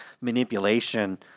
manipulation